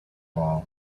all